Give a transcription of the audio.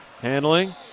handling